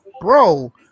bro